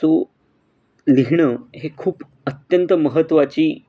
so लिहिणं हे खूप अत्यंत महत्त्वाची